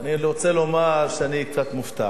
אני רוצה לומר שאני קצת מופתע.